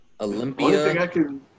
Olympia